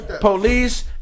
police